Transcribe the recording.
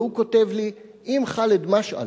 והוא כותב לי: אם ח'אלד משעל,